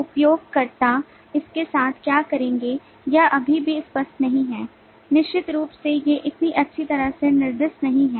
उपयोगकर्ता इसके साथ क्या करेंगे यह अभी भी स्पष्ट नहीं है निश्चित रूप से ये इतनी अच्छी तरह से निर्दिष्ट नहीं हैं